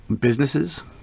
businesses